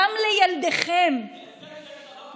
זה שלום ולא להתראות.